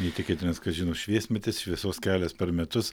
neįtikėtinas kas žino šviesmetis šviesos kelias per metus